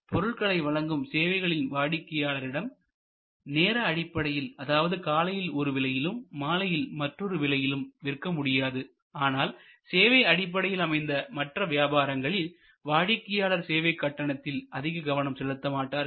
பொருட்களை வழங்கும் சேவைகளில் வாடிக்கையாளரிடம் நேர அடிப்படையில் அதாவது காலையில் ஒரு விலையிலும் மாலையில் மற்றொரு விலையிலும் விற்க முடியாது ஆனால் சேவை அடிப்படையில் அமைந்த மற்ற வியாபாரங்களில் வாடிக்கையாளர் சேவைக்கட்டணத்தில் அதிகம் கவனம் செலுத்த மாட்டார்